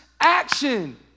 action